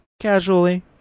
casually